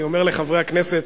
אני אומר לחברי הכנסת,